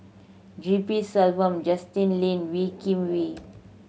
G P Selvam Justin Lean Wee Kim Wee